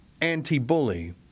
anti-bully